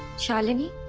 shalini.